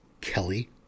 Kelly